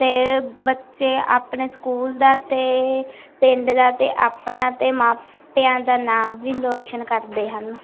ਅਤੇ ਬੱਚੇ ਆਪਣੇ ਸਕੂਲ ਦਾ ਅਤੇ ਪਿੰਡ ਦਾ ਅਤੇ ਆਪਣਾ ਅਤੇ ਮਾਪਿਆਂ ਦਾ ਨਾਮ ਵੀ ਰੋਸ਼ਨ ਕਰਦੇ ਹਨ